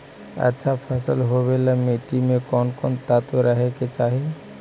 अच्छा फसल होबे ल मट्टी में कोन कोन तत्त्व रहे के चाही?